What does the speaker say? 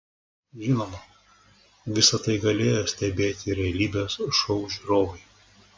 žinoma visa tai galėjo stebėti realybės šou žiūrovai